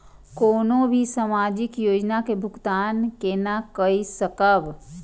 कोनो भी सामाजिक योजना के भुगतान केना कई सकब?